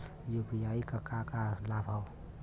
UPI क का का लाभ हव?